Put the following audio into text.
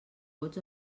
vots